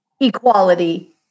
equality